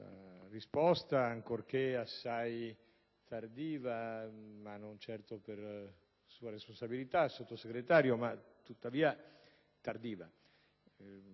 risposta, ancorché assai tardiva. Non certo per sua responsabilità, Sottosegretario, tuttavia tardiva.